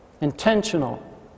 intentional